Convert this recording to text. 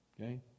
Okay